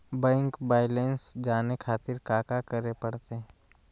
Bank balance जाने खातिर काका करे पड़तई?